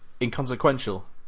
inconsequential